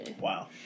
wow